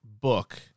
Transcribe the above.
book